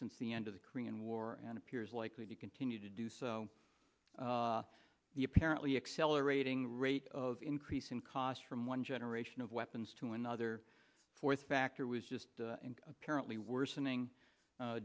since the end of the korean war and appears likely to continue to do so the apparently accelerating rate of increase in cost from one generation of weapons to another fourth factor was just apparently worsening